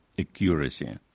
accuracy